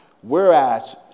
whereas